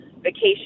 vacation